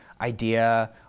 idea